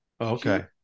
Okay